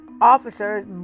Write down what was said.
officers